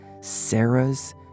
Sarah's